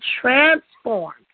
transformed